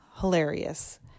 hilarious